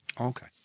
Okay